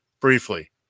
briefly